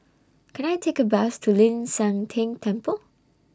Can I Take A Bus to Ling San Teng Temple